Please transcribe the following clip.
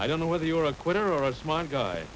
i don't know whether you're a quitter or a smart guy